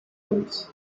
hits